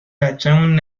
بچمون